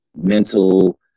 mental